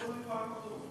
לא נקבע כלום.